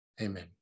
amen